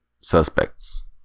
suspects